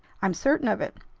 i'm certain of it.